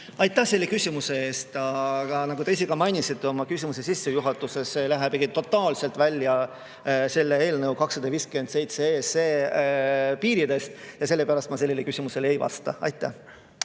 Aitäh selle küsimuse eest! Nagu te ise ka mainisite oma küsimuse sissejuhatuses, see läheb ikka totaalselt välja eelnõu 257 piiridest. Ja sellepärast ma sellele küsimusele ei vasta. Aitäh!